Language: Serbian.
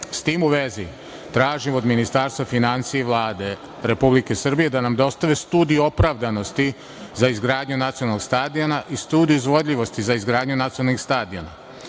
Sa tim u vezi, tražimo od Ministarstva finansija i Vlade Republike Srbije da nam dostave studiju opravdanosti za izgradnju nacionalnog stadiona i studiju izvodljivosti za izgradnju nacionalnog stadiona.